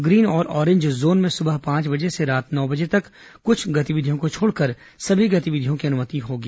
green और orange zone में सुबह पांच बजे से रात नौ बजे तक कुछ गतिविधियों को छोड़कर सभी गतिविधियों की अनुमति होगी